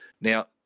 Now